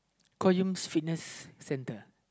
Fitness Centre